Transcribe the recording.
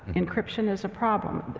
encryption is a problem.